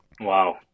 Wow